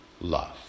love